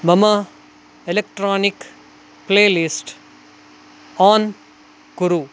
मम electronic playlist on कुरु